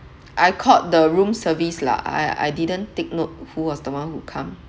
I called the room service lah I I didn't take note who was the one who come